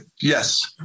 Yes